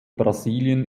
brasilien